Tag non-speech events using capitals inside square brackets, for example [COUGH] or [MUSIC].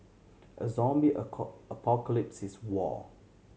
a zombie [UNINTELLIGIBLE] apocalypse is war